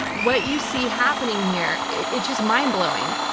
what you see happening here, it's just mindblowing.